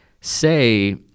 Say